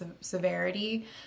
severity